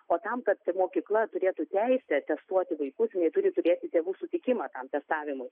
o tam kad ta mokykla turėtų teisę testuoti vaikus jinai turi turėti tėvų sutikimą tam testavimui